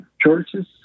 churches